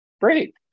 Great